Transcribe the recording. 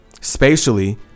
spatially